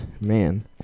man